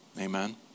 Amen